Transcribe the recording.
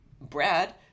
Brad